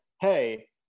hey